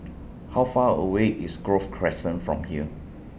How Far away IS Grove Crescent from here